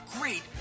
great